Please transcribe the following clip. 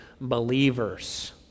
believers